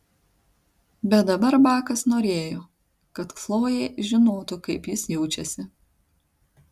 bet dabar bakas norėjo kad chlojė žinotų kaip jis jaučiasi